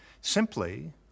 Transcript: simply